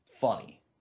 funny